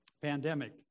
pandemic